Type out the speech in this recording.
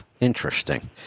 interesting